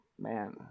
man